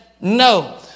no